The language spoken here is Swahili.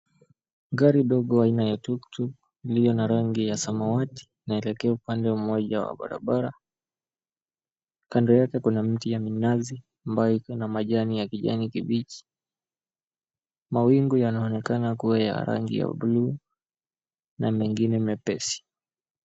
Gari dogo aina ya tuktuk iliyo rangi ya samawati inaelekea upande mmoja wa barabara. Kando yake kuna mti ya minazi ambayo iko na majani ya kijani kibichi. Mawingu yanaonekana kuwa ya rangi ya buluu na mengine mepesi.